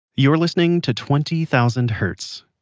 you're listening to twenty thousand hertz.